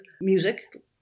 music